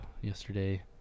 yesterday